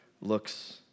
looks